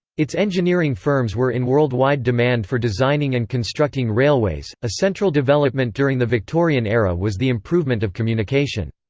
its engineering firms were in worldwide demand for designing and constructing railways a central development during the victorian era was the improvement of communication.